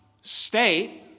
state